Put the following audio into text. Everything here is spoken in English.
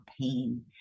pain